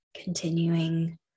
Continuing